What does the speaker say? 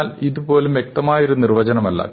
എന്നാൽ ഇത് പോലും വ്യക്തമായ ഒരു നിർവ്വചനമല്ല